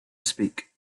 speak